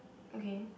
okay